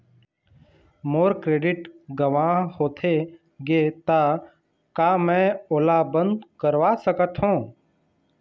मोर credit गंवा होथे गे ता का मैं ओला बंद करवा सकथों?